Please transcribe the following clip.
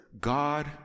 God